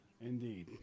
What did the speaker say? Indeed